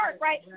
right